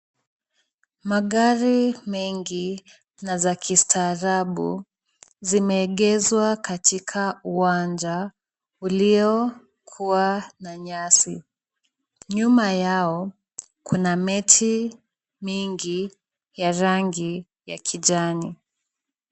Magari mengi na za kistaarabu, zimeegezwa katika uwanja uliokuwa na nyasi. Nyuma yao kuna miti mingi ya rangi ya kijani.